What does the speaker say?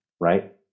right